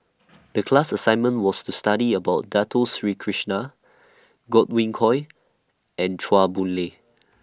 The class assignment was to study about Dato Sri Krishna Godwin Koay and Chua Boon Lay